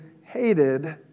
hated